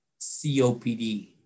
COPD